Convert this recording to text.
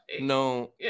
No